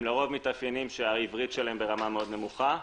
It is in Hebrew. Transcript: לרוב העברית ברמה נמוכה,